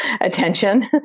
Attention